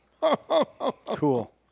Cool